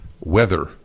weather